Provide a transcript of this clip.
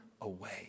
away